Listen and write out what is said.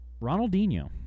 Ronaldinho